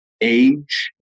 age